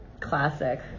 classic